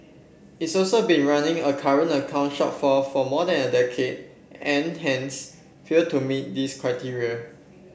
it's also been running a current account shortfall for more than a decade and hence fail to meet this criteria